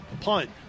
punt